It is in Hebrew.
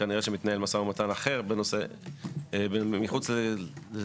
כנראה שמתנהל משא ומתן אחר מחוץ לוועדה